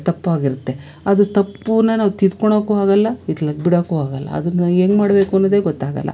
ತಪ್ಪಾಗಿರುತ್ತೆ ಅದು ತಪ್ಪನ್ನು ನಾವು ತಿದ್ಕೊಳೋಕ್ಕು ಆಗೊಲ್ಲ ಇತ್ಲಾಗೆ ಬಿಡೋಕು ಆಗೊಲ್ಲ ಅದನ್ನು ಹೆಂಗೆ ಮಾಡಬೇಕು ಅನ್ನೋದೆ ಗೊತ್ತಾಗೊಲ್ಲ